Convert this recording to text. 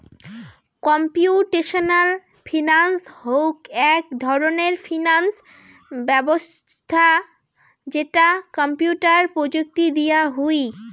computational finance হউক এক ধরণের ফিনান্স ব্যবছস্থা যেটা কম্পিউটার প্রযুক্তি দিয়া হুই